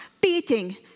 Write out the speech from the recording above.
beating